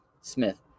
Smith